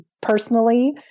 personally